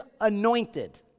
anointed